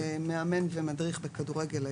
טור א'